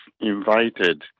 invited